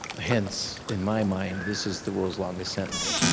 hence, in my mind, this is the world's longest sentence.